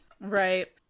right